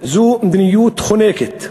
זו מדיניות חונקת,